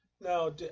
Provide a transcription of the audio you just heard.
now